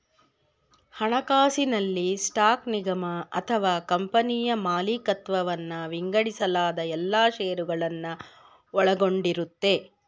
ಹಣಕಾಸಿನಲ್ಲಿ ಸ್ಟಾಕ್ ನಿಗಮ ಅಥವಾ ಕಂಪನಿಯ ಮಾಲಿಕತ್ವವನ್ನ ವಿಂಗಡಿಸಲಾದ ಎಲ್ಲಾ ಶೇರುಗಳನ್ನ ಒಳಗೊಂಡಿರುತ್ತೆ